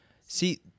See